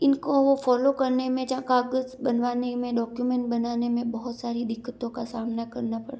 इनको वो फॉलो करने में जहाँ कागज बनवाने में डॉक्यूमेंट बनाने में बहुत सारी दिक्कतों का सामना करना पड़